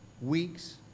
weeks